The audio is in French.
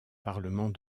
parlement